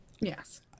Yes